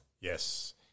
Yes